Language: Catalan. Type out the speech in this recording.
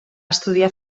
estudiar